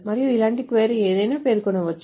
మరియు ఇలాంటి క్వరీ ఏదైనా పేర్కొనవచ్చు